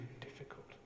difficult